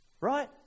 Right